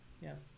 Yes